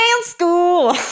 school